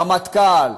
רמטכ"ל,